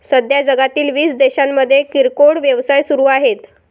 सध्या जगातील वीस देशांमध्ये किरकोळ व्यवसाय सुरू आहेत